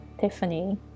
tiffany